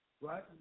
Right